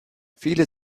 viele